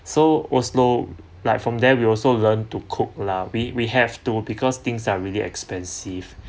so oslo like from there we also learn to cook lah we we have to because things are really expensive